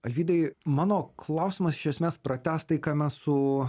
alvydai mano klausimas iš esmės pratęst tai ką mes su